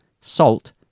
salt